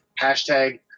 Hashtag